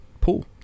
pool